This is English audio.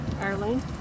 Arlene